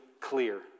clear